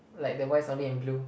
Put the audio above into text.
like the white solid in blue